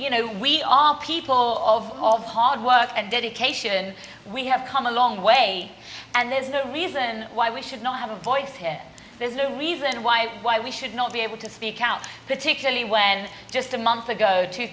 you know we all people of all of hard work and dedication we have come a long way and there's no reason why we should not have a voice here there's no reason why why we should not be able to speak out particularly when just a month ago two